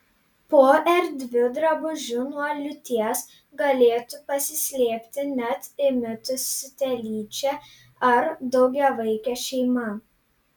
po erdviu drabužiu nuo liūties galėtų pasislėpti net įmitusi telyčia ar daugiavaikė šeima